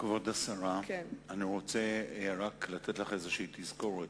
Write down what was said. כבוד השרה, אני רוצה לתת לך תזכורת.